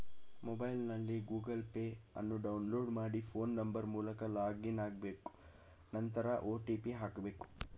ಮೊಬೈಲ್ನಲ್ಲಿ Google Pay ಅನ್ನು download ಮಾಡಿ ಫೋನ್ ನಂಬರ್ ಮೂಲಕ ಲಾಗಿನ್ ಆಗ್ಬೇಕು ನಂತರ ಒ.ಟಿ.ಪಿ ಹಾಕ್ಬೇಕು